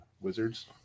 wizards